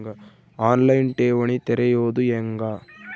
On line ಠೇವಣಿ ತೆರೆಯೋದು ಹೆಂಗ?